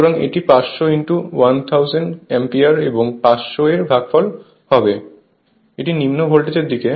সুতরাং এটি 500 1000 অ্যাম্পিয়ার এবং 500 এর ভাগফল হবে নিম্ন ভোল্টেজের দিকে